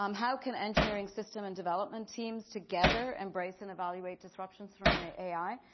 um how can engineering system and development teams together embrace and evaluate disruptions from the ai?